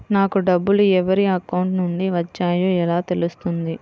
నాకు డబ్బులు ఎవరి అకౌంట్ నుండి వచ్చాయో ఎలా తెలుస్తుంది?